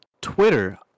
twitter